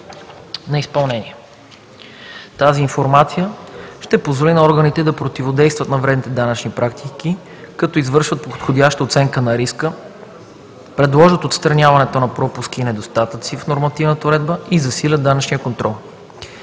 Тази информация ще позволи на органите да противодействат на вредните данъчни практики, като извършват подходяща оценка на риска, предложат отстраняването на пропуски и недостатъци в нормативната уредба и засилят данъчния контрол.